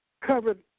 covered